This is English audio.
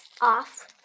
off